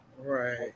Right